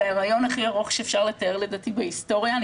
זה ההריון הכי ארוך שאפשר לתאר לדעתי בהסטוריה,